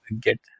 Get